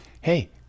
hey